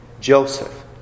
Joseph